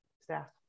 staff